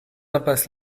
impasse